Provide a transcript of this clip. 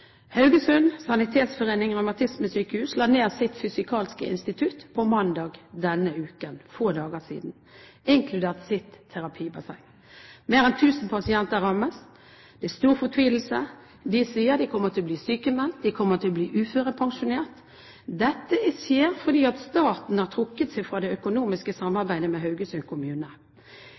Haugesund Sanitetsforenings Revmatismesykehus la mandag denne uken, altså for få dager siden, ned sitt fysikalske institutt inkludert sitt terapibasseng. Mer enn 1 000 pasienter rammes. Det er stor fortvilelse. De sier at de kommer til å bli sykmeldt, de kommer til å bli uførepensjonert. Dette skjer fordi staten har trukket seg fra det økonomiske samarbeidet med Haugesund kommune